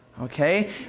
Okay